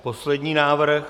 Poslední návrh.